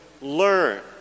learn